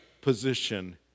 position